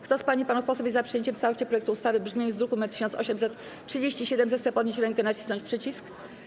Kto z pań i panów posłów jest za przyjęciem w całości projektu ustawy w brzmieniu z druku nr 1837, zechce podnieść rękę i nacisnąć przycisk.